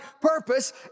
purpose